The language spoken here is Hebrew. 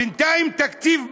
בינתיים תקציב בא.